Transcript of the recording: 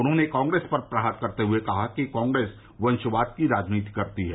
उन्होंने कांग्रेस पर प्रहार करते हुए कहा कि कांग्रेस वंशवाद की राजनीति करती है